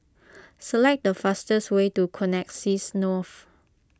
select the fastest way to Connexis North